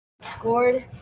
scored